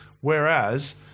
whereas